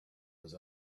was